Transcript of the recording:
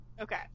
Okay